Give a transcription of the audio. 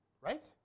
Right